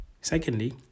secondly